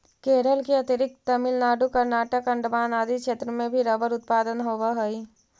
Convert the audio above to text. केरल के अतिरिक्त तमिलनाडु, कर्नाटक, अण्डमान आदि क्षेत्र में भी रबर उत्पादन होवऽ हइ